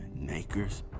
Nakers